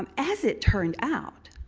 um as it turned out,